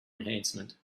enhancement